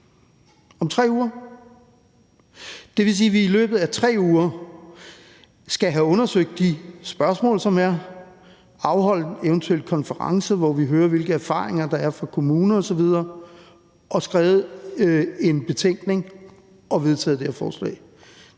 Om 3 uger? Det vil sige, at vi i løbet af 3 uger skal have undersøgt de spørgsmål, som der er; vi skal have afholdt en eventuel konference, hvor vi hører, hvilke erfaringer der er i kommuner osv.; vi skal have skrevet en betænkning og have vedtaget det her forslag.